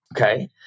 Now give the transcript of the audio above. Okay